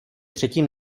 třetím